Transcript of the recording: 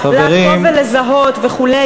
לבוא ולזהות וכו',